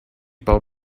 pel